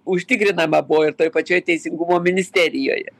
užtikrinama buvo ir toj pačioj teisingumo ministerijoje